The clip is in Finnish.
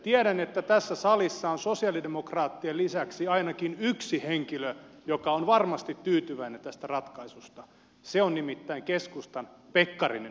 tiedän että tässä salissa on sosialidemokraattien lisäksi ainakin yksi henkilö joka on varmasti tyytyväinen tähän ratkaisuun se on nimittäin keskustan edustaja pekkarinen